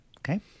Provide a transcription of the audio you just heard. Okay